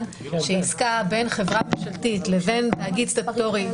שעסקה בין חברה ממשלתית לבין תאגיד סטטוטורי,